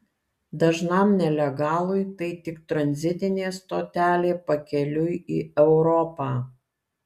dažnam nelegalui tai tik tranzitinė stotelė pakeliui į europą